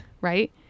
right